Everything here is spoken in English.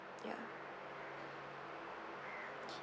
ya